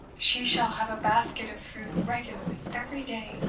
she shall have a basket of fruit regularly every day,